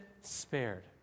spared